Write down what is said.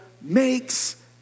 makes